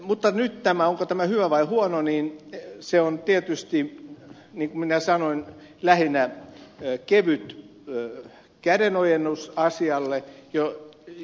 mutta nyt onko tämä hyvä vai huono niin se on tietysti niin kuin minä sanoin lähinnä kevyt kädenojennus asialle